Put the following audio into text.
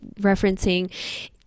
referencing